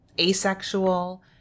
asexual